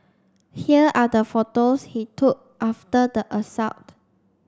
here are the photos he took after the assault